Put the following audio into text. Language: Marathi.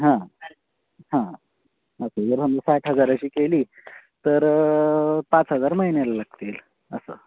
हां हां असं जर समजा साठ हजाराची केली तर पाच हजार महिन्याला लागतील असं